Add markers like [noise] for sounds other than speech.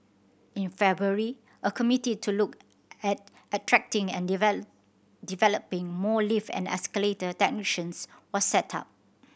in February a committee to look at attracting and [unintelligible] developing more lift and escalator technicians was set up